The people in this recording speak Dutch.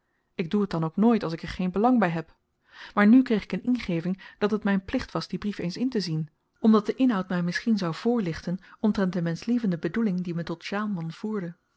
ik doe het dan ook nooit als ik er geen belang by heb maar nu kreeg ik een ingeving dat het myn plicht was dien brief eens intezien omdat de inhoud my misschien zou voorlichten omtrent de menschlievende bedoeling die me tot sjaalman voerde